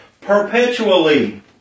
perpetually